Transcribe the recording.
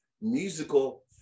musical